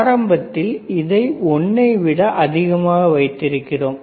ஆரம்பத்தில் இதை 1 ஐ விட அதிகமாக வைத்திருக்கிறோம்